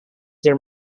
their